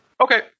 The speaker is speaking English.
Okay